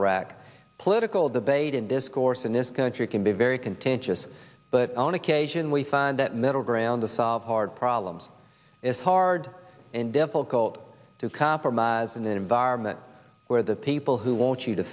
iraq political debate and discourse in this country can be very contentious but on occasion we find that middle ground to solve hard problems is hard and difficult to compromise an environment where the people who want you to